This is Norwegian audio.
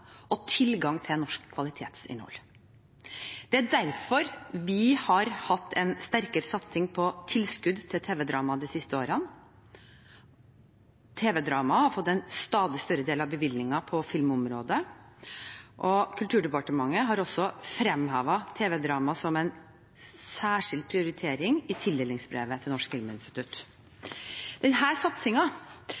og tilgang til norsk kvalitetsinnhold. Det er derfor vi har hatt en sterkere satsing på tilskudd til tv-drama de siste årene. Tv-drama har fått en stadig større del av bevilgningene på filmområdet, og Kulturdepartementet har også fremhevet tv-drama som en særskilt prioritering i tildelingsbrevet til Norsk